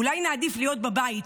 אולי נעדיף להיות בבית,